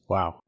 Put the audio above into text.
Wow